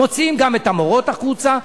מוציאים גם את המורות החוצה.